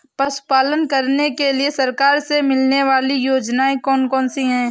पशु पालन करने के लिए सरकार से मिलने वाली योजनाएँ कौन कौन सी हैं?